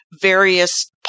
various